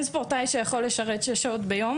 אין ספורטאי שיכול להחזיר שש שעות ביום